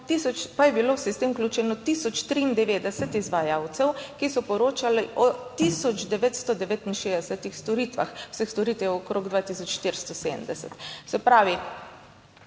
pa je bilo v sistem vključeno 1093 izvajalcev, ki so poročali o 1969 storitvah. Vseh storitev je okrog 2 tisoč 470. Se pravi,